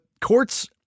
courts